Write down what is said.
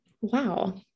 Wow